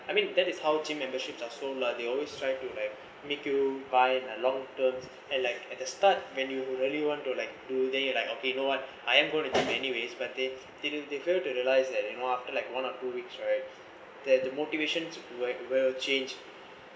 I mean that is how gym memberships are so lah they always try to like make you buy a long term and like at the start when you really want to like do then you like okay you know what I am going to do any ways but they didn't they fail to realise that you know like one or two weeks right there the motivation to provide will change